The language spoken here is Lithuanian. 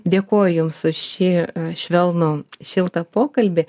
dėkoju jums už šį švelnų šiltą pokalbį